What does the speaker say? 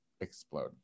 explode